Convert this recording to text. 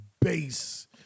bass